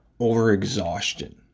overexhaustion